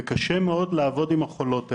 קשה מאוד לעבוד עם החולות האלה.